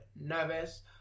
nervous